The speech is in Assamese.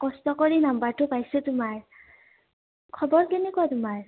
কষ্ট কৰি নাম্বাৰটো পাইছো তোমাৰ খবৰ কেনেকুৱা তোমাৰ